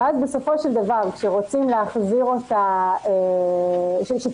בסופו של דבר, כאשר צריך להחזיר אותה להעסקה,